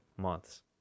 months